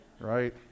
Right